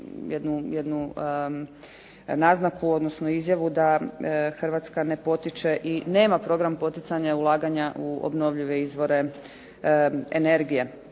Hrvatska ne potiče i nema program poticanja ulaganja u obnovljive izvore energije.